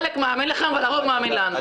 חלק מאמין לכם, הרוב מאמין לנו.